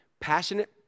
passionate